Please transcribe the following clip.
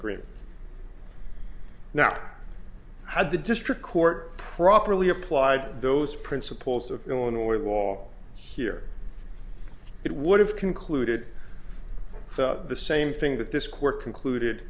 agreement now had the district court properly applied those principles of going to the wall here it would have concluded the same thing that this court concluded